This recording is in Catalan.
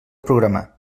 programa